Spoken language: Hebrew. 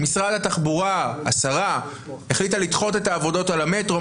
שרת התחבורה החליטה לדחות את העבודות על המטרו,